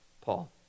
Paul